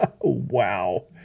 Wow